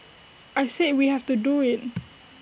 I said we have to do IT